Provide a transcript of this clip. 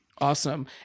Awesome